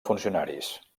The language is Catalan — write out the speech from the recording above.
funcionaris